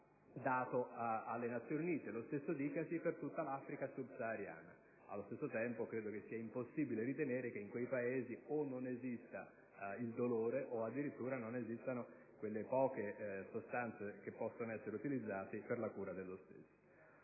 dato alle Nazioni Unite, e lo stesso dicasi per tutta l'Africa subsahariana. Allo stesso tempo, credo che sia impossibile ritenere che in quei Paesi non esista il dolore o, addirittura, che non esistano quelle poche sostanze che possono essere utilizzate per la cura dello stesso.